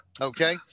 Okay